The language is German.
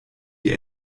die